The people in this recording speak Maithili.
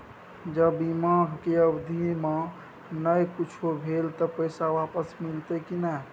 ज बीमा के अवधि म नय कुछो भेल त पैसा वापस मिलते की नय?